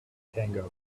tango